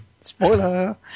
Spoiler